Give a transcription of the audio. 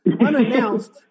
unannounced